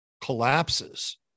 collapses